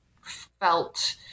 felt